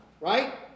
right